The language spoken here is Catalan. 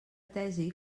tesi